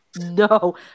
no